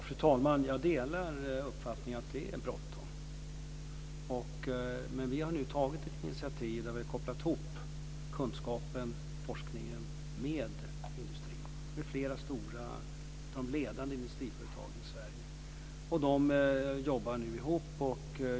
Fru talman! Jag delar uppfattningen att det är bråttom. Vi har nu tagit ett initiativ där vi har kopplat ihop kunskapen och forskningen med industrin - med flera av de stora och ledande industriföretagen i Sverige. De jobbar nu ihop.